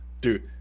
dude